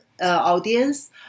audience